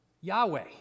Yahweh